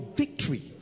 victory